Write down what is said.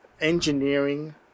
engineering